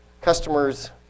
customer's